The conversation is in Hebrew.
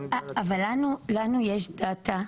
אבל לנו יש דטה,